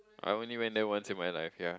I only went there once in my life yea